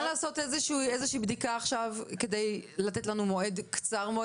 לעשות בדיקה עכשיו כדי לתת לנו מועד קצר יותר?